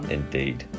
Indeed